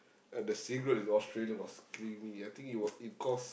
uh the cigarette in Australia was creamy I think it was it cost